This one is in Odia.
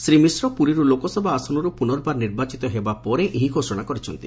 ଶ୍ରୀ ମିଶ୍ର ପୁରୀରୁ ଲୋକସଭା ଆସନରୁ ପୁନର୍ବାର ନିର୍ବାଚିତ ହେବା ପରେ ଏହି ଘୋଷଣା କରିଛନ୍ତି